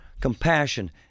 compassion